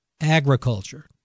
agriculture